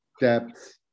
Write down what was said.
depth